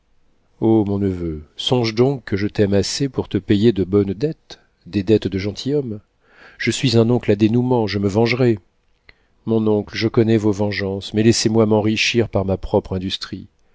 mon neveu songe donc que je t'aime assez pour te payer de bonnes dettes des dettes de gentilhomme je suis un oncle à dénoûment je me vengerai mon oncle je connais vos vengeances mais laissez-moi m'enrichir par ma propre industrie